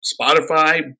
Spotify